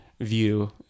view